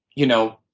you know,